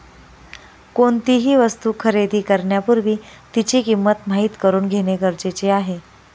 कोणतीही वस्तू खरेदी करण्यापूर्वी तिची किंमत माहित करून घेणे गरजेचे आहे